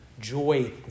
Joy